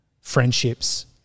friendships